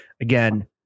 again